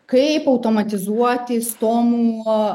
kaip automatizuoti stomų